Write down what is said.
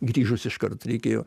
grįžus iškart reikėjo